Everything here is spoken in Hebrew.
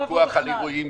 פיקוח על אירועים,